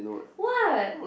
what